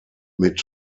mit